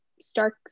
stark